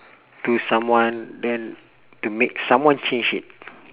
to someone then to make someone change it